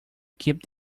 keep